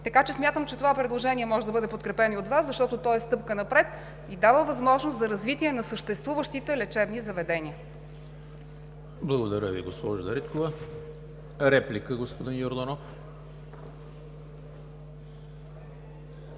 помощ. Смятам, че това предложение може да бъде подкрепено и от Вас, защото то е стъпка напред и дава възможност за развитие на съществуващите лечебни заведения. ПРЕДСЕДАТЕЛ ЕМИЛ ХРИСТОВ: Благодаря Ви, госпожо Дариткова. Реплика – господин Йорданов.